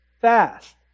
fast